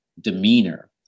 demeanor